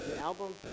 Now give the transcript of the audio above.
album